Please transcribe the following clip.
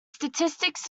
statistics